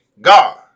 God